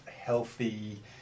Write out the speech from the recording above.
healthy